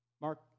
Mark